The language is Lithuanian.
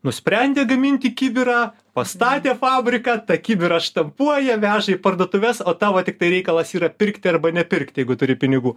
nusprendė gaminti kibirą pastatė fabriką tą kibirą štampuoja veža į parduotuves o tavo tiktai reikalas yra pirkti arba nepirkti jeigu turi pinigų